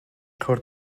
کارت